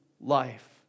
life